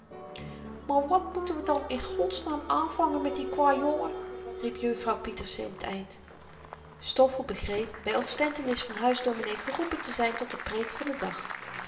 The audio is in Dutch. maar wat moeten we dan in godsnaam aanvangen met dien kwajongen riep juffrouw pieterse in t eind stoffel begreep by ontstentenis van huisdominee geroepen te zyn tot de preek van den dag